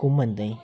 घूमन तेई